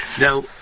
Now